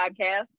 Podcast